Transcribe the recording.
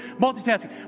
Multitasking